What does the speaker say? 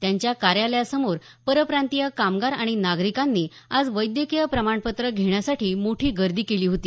त्यांच्या कार्यालयासमोर परप्रांतीय कामगार आणि नागरिकांनी आज वैद्यकीय प्रमाणपत्र घेण्यासाठी मोठी गर्दी केली होती